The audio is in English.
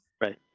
Right